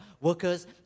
workers